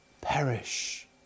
perish